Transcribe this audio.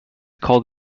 called